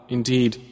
Indeed